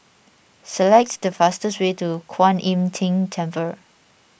select the fastest way to Kwan Im Tng Temple